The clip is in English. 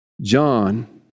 John